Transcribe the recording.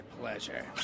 pleasure